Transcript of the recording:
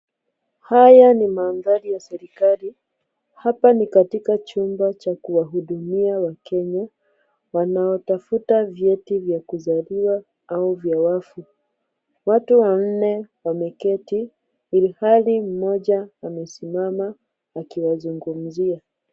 Haya ni maandhari ya serikali, hapa ni katika chumba cha kuwahudumia wakenya wanaotafuta vyeti vya kuzaliwa au vya wafu. Watu wanne wameketi ilhali mmoja amesimama akiwazungumzia.